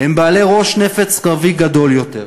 הם בעלי ראש נפץ קרבי גדול יותר.